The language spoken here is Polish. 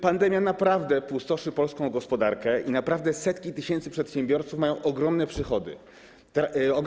Pandemia naprawdę pustoszy polską gospodarkę i naprawdę setki tysięcy przedsiębiorców mają ogromne problemy.